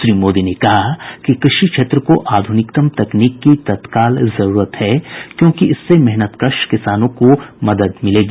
श्री मोदी ने कहा कि कृषि क्षेत्र को आधुनिकतम तकनीक की तत्काल जरूरत है क्योंकि इससे मेहनतकश किसानों को मदद मिलेगी